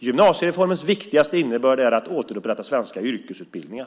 Gymnasiereformens viktigaste innebörd är att återupprätta svenska yrkesutbildningar.